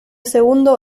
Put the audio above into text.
segundo